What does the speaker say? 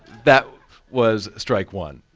that was strike one.